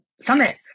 summit